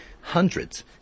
Hundreds